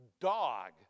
dog